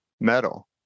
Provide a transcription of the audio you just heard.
metal